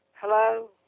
Hello